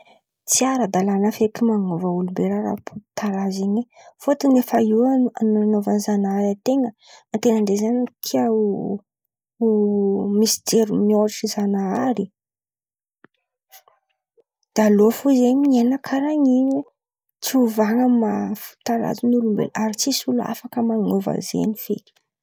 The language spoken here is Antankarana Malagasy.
Tsy ara-dalàn̈a feky man̈ova olombe- rab- tarazo izen̈y fôtony efa io nanôvany Zan̈ahary an-ten̈a. An-ten̈a ndraiky zen̈y te misy jery mihoatra Zan̈ahary. Taloha fo zen̈y niaina karà nin̈y tsy ovan̈a maha tarazo ny olombelona ary tsisy olo afaka man̈ova zen̈y.